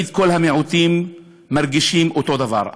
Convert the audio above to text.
כל המיעוטים תמיד מרגישים אותו הדבר.